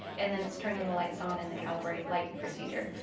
and then it's turning the lights on in the calibrate light procedure.